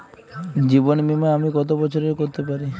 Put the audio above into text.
জীবন বীমা আমি কতো বছরের করতে পারি?